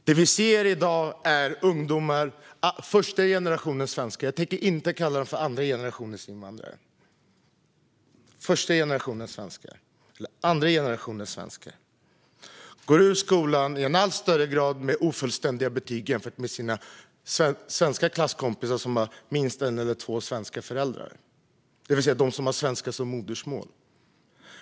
Det vi ser i dag är första generationens svenskar - jag tänker inte kalla dem för andra generationens invandrare - eller andra generationens svenskar. De går i en allt högre grad ut skolan med ofullständiga betyg jämfört med sina svenska klasskompisar som har minst en eller två svenska föräldrar, det vill säga de som har svenska som modersmål.